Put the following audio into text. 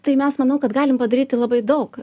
tai mes manau kad galim padaryti labai daug